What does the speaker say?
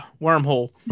wormhole